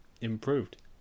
improved